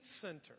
center